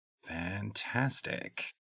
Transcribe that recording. Fantastic